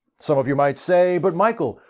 some of you might say, but michael,